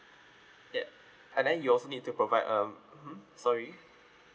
yup and then you'll also need to provide um mmhmm sorry